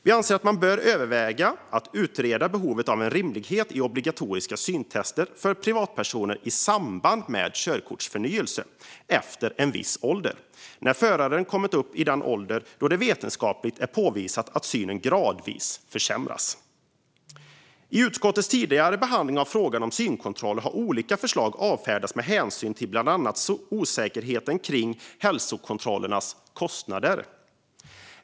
Vi anser att man bör överväga att utreda behovet av och rimligheten i obligatoriska syntester för privatpersoner i samband med körkortsförnyelse efter att föraren kommit upp i den ålder då det är vetenskapligt påvisat att synen gradvis försämras. I utskottets tidigare behandling av frågan om synkontroller har olika förslag avfärdats med hänsyn till bland annat osäkerhet kring hälsokontrollernas kostnader.